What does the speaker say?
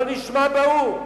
לא נשמע באו"ם?